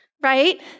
right